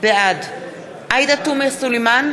בעד עאידה תומא סלימאן,